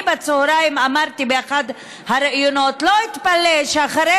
בצוהריים אמרתי באחד הראיונות: לא אתפלא שאחרי